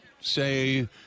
say